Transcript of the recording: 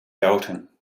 dalton